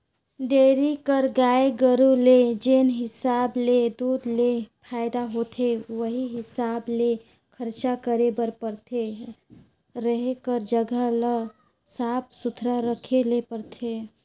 dairy कर गाय गरू ले जेन हिसाब ले दूद ले फायदा होथे उहीं हिसाब ले खरचा करे बर परथे, रहें कर जघा ल साफ सुथरा रखे ले परथे